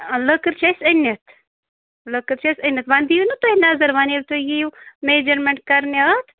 لٔکٕر چھِ اَسہِ أنِتھ لٔکٕر چھِ اَسہِ أنِتھ وۄنۍ دِیو نہٕ تُہۍ نَظر وۄنۍ ییٚلہِ تُہۍ یِیِو میجَرمٮ۪نٛٹ کَرنہِ اَتھ